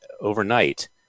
overnight